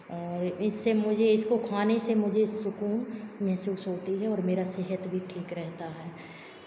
और इससे मुझे इसको खाने से मुझे सुकून महसूस होती है और मेरा सेहत भी ठीक रहता है